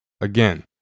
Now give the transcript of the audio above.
again